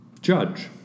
judge